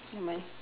nevermind